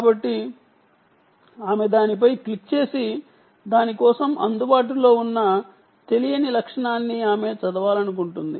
కాబట్టి ఆమె దానిపై క్లిక్ చేసి దాని కోసం అందుబాటులో ఉన్న తెలియని లక్షణాన్నిఆమె చదవాలనుకుంటుంది